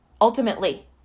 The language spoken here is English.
Ultimately